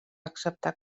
acceptar